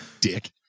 dick